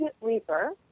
Reaper